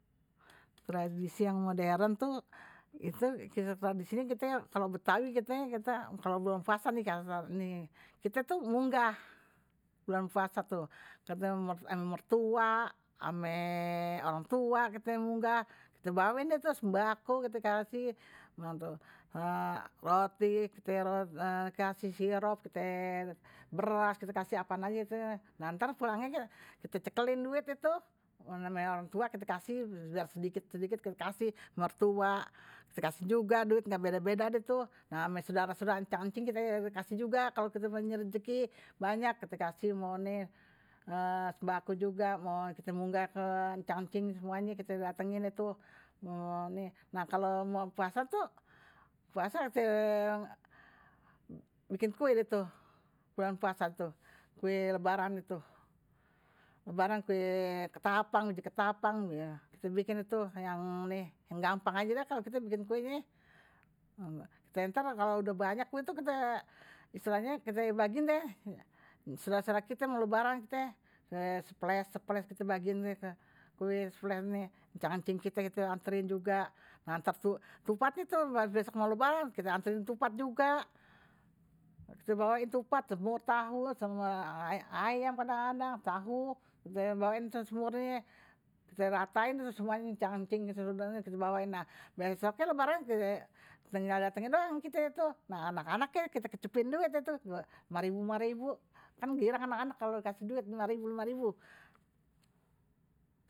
Tradisi yang modern tuh, itu kite tradisinye kalau betawi kitanya kita kalau belum puasa kite tuh munggah. bulan puasa ke mertua ame orang tua kite munggah kite bawain dah tuh sembako kite kasih, roti sirop, kite kasih beras, kite kasih apaan aje deh, nah ntar pulangnye kite cekelin duit deh tuh, namanye orang tua kite kasih, biar sediki sedikit kite kasih, mertua tidak juga duit nggak beda-beda deh tuh juga nah ama sodara encang, encing kite kasih juga. kalo kite punya rejeki banyak kalo kite mao sembako jugam mao kite munggah ke encang encing semuanya kita datangin tuh, nah kalau mau puasa tuh puasa bikin kue itu kue lebaran itu, lebaran kue biji ketapang di biji ketapang itu yang ini yang gampang aja dah, kalau kita bikin kunye, ini ntar kalau udah banyak tuh kita bagiin sodare sodare kite mau lebaran sepeles sepeles kite bagiin kue, encang encing kite anterin juga. nah ketupatnye tuh ntar pas lebaran kite anterin ketupat juga, semur tahu, semur ayam tahu kite bawain semurnye, kite ratain tuh encang encing kite bawain, nah besoknye lebaran kite tinggal dating doang, anak anak kite cecepin duit deh tuh, lima ribu lima ribu kan girang anak anak kalo dikasih duit lima ribu lima ribu.